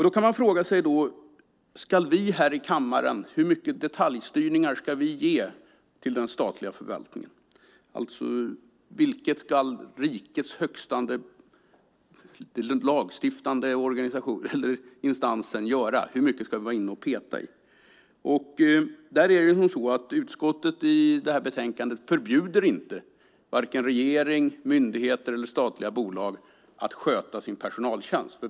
Då kan man fråga sig: Hur mycket detaljstyrning ska vi här i kammaren ge till den statliga förvaltningen? Hur mycket ska rikets högsta lagstiftande organ vara inne och peta i? Utskottet förbjuder inte i betänkandet vare sig regering, myndigheter eller statliga bolag att sköta sin personaltjänst.